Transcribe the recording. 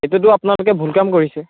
এইটোতো আপোনালোকে ভুল কাম কৰিছে